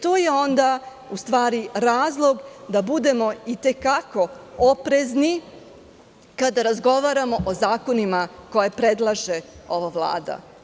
To je onda, u stvari razlog da budemo i te kako oprezni kada razgovaramo o zakonima koje predlaže ova Vlada.